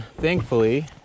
thankfully